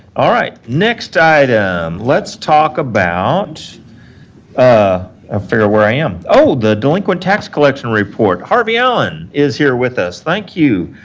all right. next item let's talk about ah ah ah where i am. oh, the delinquent tax collection report. harvey allen is here with us. thank you.